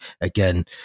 again